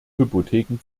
hypotheken